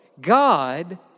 God